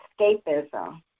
escapism